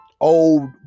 Old